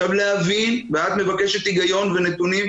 ואת מבקשת היגיון ונתונים,